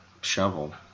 shovel